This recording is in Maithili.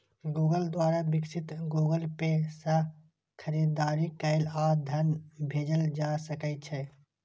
गूगल द्वारा विकसित गूगल पे सं खरीदारी कैल आ धन भेजल जा सकै छै